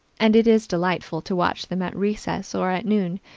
and it is delightful to watch them at recess or at noon,